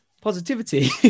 positivity